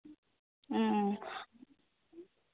ᱚ